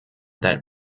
that